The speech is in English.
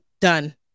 Done